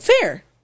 Fair